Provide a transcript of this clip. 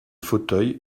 fauteuil